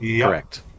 Correct